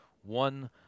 one